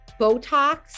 Botox